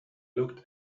looked